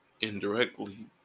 Indirectly